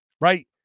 right